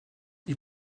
ils